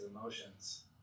emotions